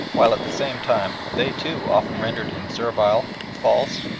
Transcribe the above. while at the same time they too often rendered him servile, false,